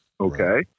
okay